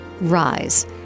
rise